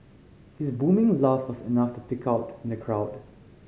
his booming laugh was enough to pick out in the crowd